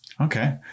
okay